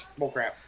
bullcrap